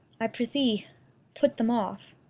i prithee put them off.